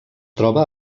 troba